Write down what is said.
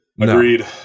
Agreed